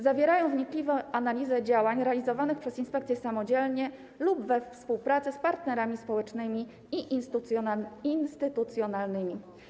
Zawierają wnikliwą analizę działań realizowanych przez inspekcję samodzielnie lub we współpracy z partnerami społecznymi i instytucjonalnymi.